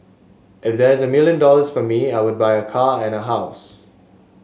if there's a million dollars for me I would buy a car and a house